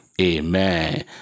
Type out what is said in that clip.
Amen